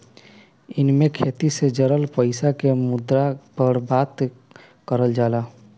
एईमे खेती से जुड़ल पईसा के मुद्दा पर बात करल जाला